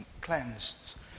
cleansed